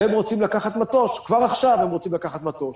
והם רוצים כבר עכשיו לקחת מטוש,